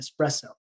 espresso